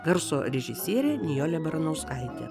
garso režisierė nijolė baranauskaitė